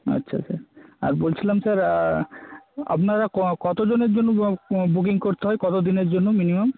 আচ্ছা আচ্ছা আর বলছিলাম স্যার আপনারা ক কতজনের জন্য বো বুকিং করতে হয় কতদিনের জন্য মিনিমাম